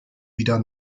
wieder